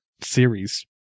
series